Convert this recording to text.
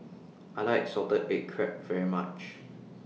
I like Salted Egg Crab very much